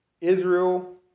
Israel